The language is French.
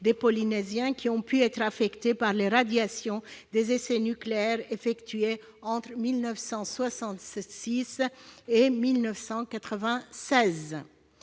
des Polynésiens qui ont pu être affectés par les radiations des essais nucléaires effectués entre 1966 et 1996.